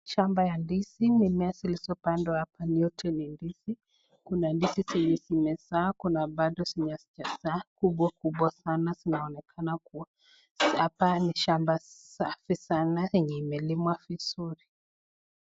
Shamba ya ndizi , mimea zilizopandwa hapa zote ni ndizi , kuna ndizi zenye zimezaa kuna bado zenye hazijazaa kubwa kubwa sana, zinaonekana kuwa hapa ni shamba safi sana yenye imelimwa vizuri.